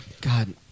God